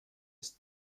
ist